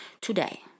today